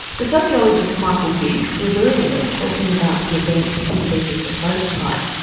the sociologist michael biggs was earlier talking about the event he sees as the prototype,